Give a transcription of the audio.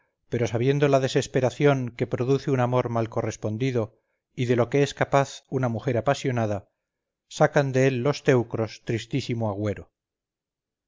pero sabiendo la desesperación que produce un amor mal correspondido y de lo que es capaz una mujer apasionada sacan de él los teucros tristísimo agüero